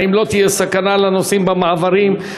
האם לא תהיה סכנה לנוסעים במעברים?